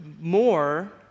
more